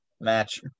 match